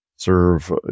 Serve